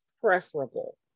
preferable